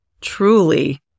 truly